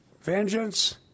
vengeance